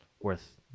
worth